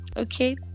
Okay